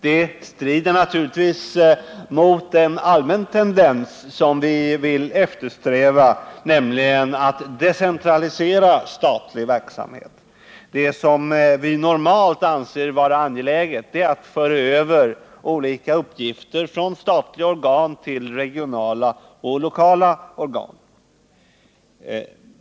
Detta strider naturligtvis mot den allmänna tendensen att eftersträva en decentralisering av statlig verksamhet. Det som vi normalt anser vara angeläget är att föra över olika uppgifter från statliga organ till regionala och lokala organ.